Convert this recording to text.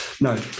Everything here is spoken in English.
No